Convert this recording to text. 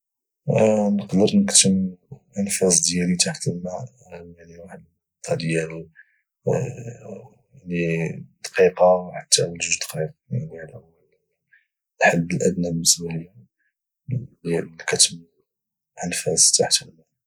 نقدر نكتم الانفاس ديالي تحت الماء يعني واحد المده ديال الدقيقه حتى ل 2 دقائق يعني هذا هو الحد الادنى بالنسبه ليا ديال كتم الانفاس تحت الماء